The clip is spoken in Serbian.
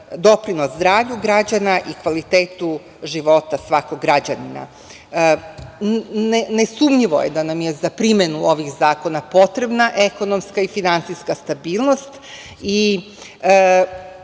doprinos zdravlju građana i kvalitetu života svakog građanina. Nesumnjivo je da nam je za primenu ovih zakona potrebna ekonomska i finansijska stabilnost. Takođe